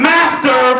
Master